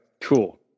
Cool